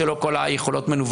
האם ידעתם שלא כל היכולות ---,